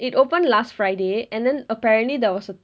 it opened last friday and then apparently there was a